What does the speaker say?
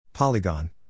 Polygon